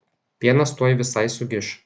pienas tuoj visai sugiš